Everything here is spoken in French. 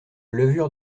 levure